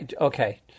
okay